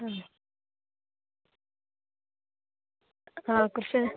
മ് ആ കുറച്ച്